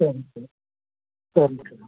சரிங்க சார் சரிங்க சார்